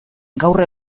gaur